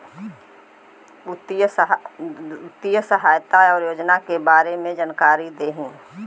वित्तीय सहायता और योजना के बारे में जानकारी देही?